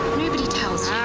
nobody tells